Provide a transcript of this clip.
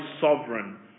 sovereign